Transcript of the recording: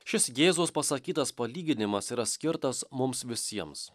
šis jėzaus pasakytas palyginimas yra skirtas mums visiems